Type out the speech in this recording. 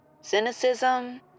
Cynicism